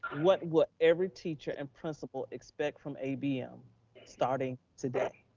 what would every teacher and principal expect from abm starting today?